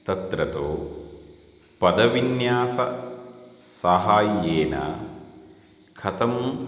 तत्र तु पदविन्याससाहाय्येन कथं